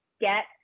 get